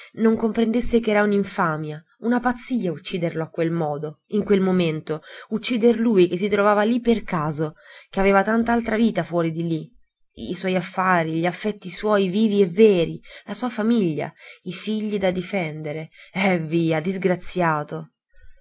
non comprendesse ch'era un'infamia una pazzia ucciderlo a quel modo in quel momento uccider lui che si trovava lì per caso che aveva tant'altra vita fuori di lì i suoi affari gli affetti suoi vivi e veri la sua famiglia i figli da difendere eh via disgraziato